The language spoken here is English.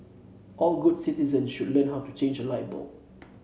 all good citizens should learn how to change a light bulb